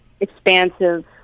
expansive